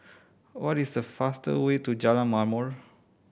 what is the fastest way to Jalan Ma'mor